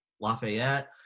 Lafayette